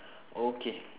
okay